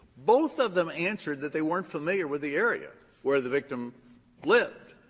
both of them answered that they weren't familiar with the area where the victim lived.